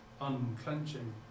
unclenching